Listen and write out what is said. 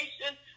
nation